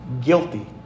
guilty